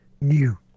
New